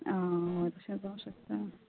आ तशें जावंक शकता